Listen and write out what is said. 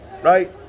right